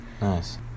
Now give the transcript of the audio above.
Nice